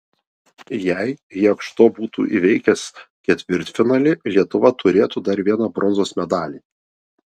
jei jakšto būtų įveikęs ketvirtfinalį lietuva turėtų dar vieną bronzos medalį